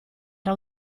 era